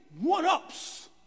one-ups